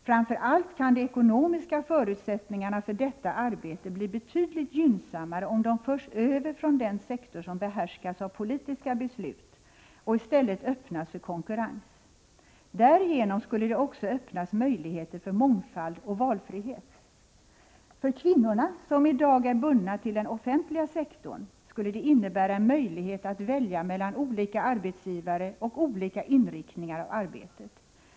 Framför allt kan de ekonomiska förutsättningarna för detta arbete bli betydligt gynnsammare om de förs över från den sektor som behärskas av politiska beslut och i stället öppnas för konkurrens. Därigenom skulle det också öppnas möjligheter för mångfald och valfrihet. För kvinnorna, som i dag är bundna till den offentliga sektorn, skulle det innebära en möjlighet att välja mellan olika arbetsgivare och olika inriktningar av arbetet.